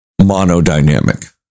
monodynamic